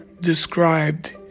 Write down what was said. described